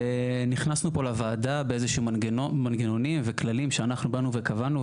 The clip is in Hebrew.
נכנסנו לוועדה עם איזה שהם מנגנונים וכללים שאנחנו קבענו,